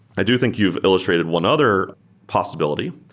i do think you've illustrated one other possibility,